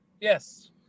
Yes